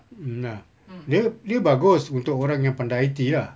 mm ah dia bagus untuk orang yang pandai I_T ah